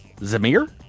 Zamir